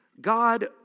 God